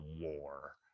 war